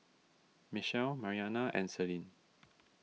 Michelle Marianna and Selene